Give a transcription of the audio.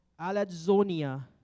alazonia